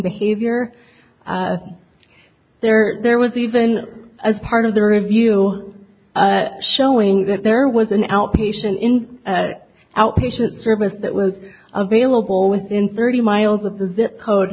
behavior there are there was even as part of the review showing that there was an outpatient outpatient service that was available within thirty miles of the zip code